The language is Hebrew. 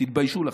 תתביישו לכם.